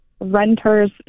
renter's